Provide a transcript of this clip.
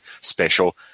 special